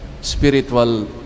spiritual